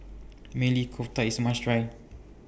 Maili Kofta IS must Try